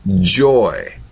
joy